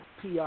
PR